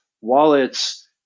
wallets